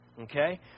Okay